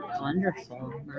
Wonderful